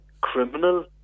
criminal